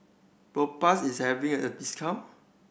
Propass is having a discount